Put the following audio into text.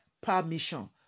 permission